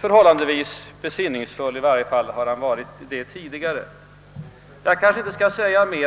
förhållandevis besinningsfull; åtminstone har han varit det tidigare. Jag skall inte säga mycket mer.